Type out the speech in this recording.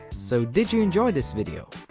so, did you enjoy this video?